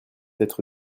être